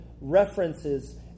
references